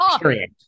Period